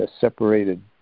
separated